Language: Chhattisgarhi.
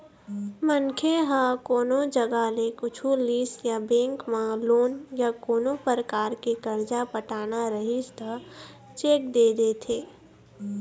मनखे ह कोनो जघा ले कुछु लिस या बेंक म लोन या कोनो परकार के करजा पटाना रहिस त चेक दे देथे